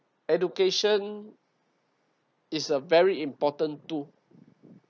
education is a very important tool